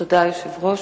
תודה, היושב-ראש.